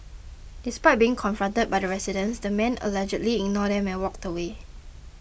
despite being confronted by the residents the man allegedly ignored them and walked away